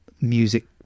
music